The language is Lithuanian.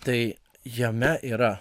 tai jame yra